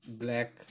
black